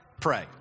pray